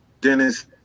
Dennis